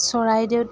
চৰাইদেউত